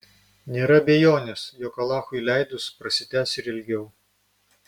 nėra abejonės jog alachui leidus prasitęs ir ilgiau